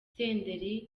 senderi